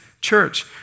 church